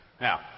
Now